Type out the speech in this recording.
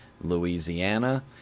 louisiana